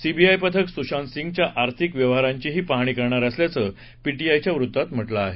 CBI पथक सुशांतसिंहच्या आर्थिक व्यवहारांचीही पाहणी करणार असल्याचं पीटीआयच्या वृत्तात म्हटलं आहे